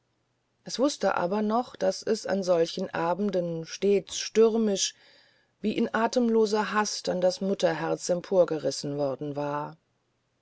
es wußte aber noch daß es an solchen abenden stets stürmisch wie in atemloser hast an das mutterherz emporgerissen worden war